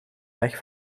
weg